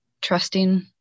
trusting